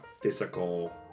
physical